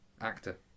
actor